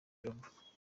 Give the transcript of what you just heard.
cyumba